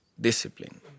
discipline